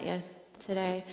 today